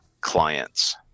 clients